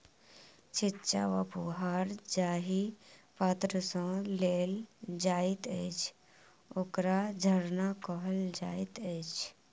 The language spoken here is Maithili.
छिच्चा वा फुहार जाहि पात्र सँ देल जाइत अछि, ओकरा झरना कहल जाइत अछि